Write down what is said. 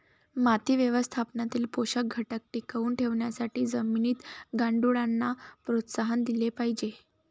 माती व्यवस्थापनातील पोषक घटक टिकवून ठेवण्यासाठी जमिनीत गांडुळांना प्रोत्साहन दिले पाहिजे